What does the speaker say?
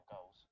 goals